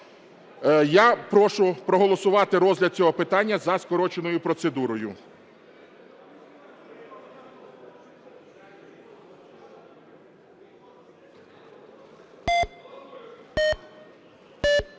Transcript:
Я прошу проголосувати розгляд цього питання за скороченою процедурою.